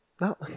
no